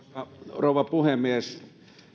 rouva puhemies